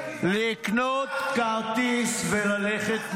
לקנות כרטיס וללכת מפה.